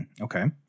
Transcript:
Okay